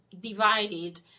divided